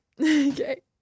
Okay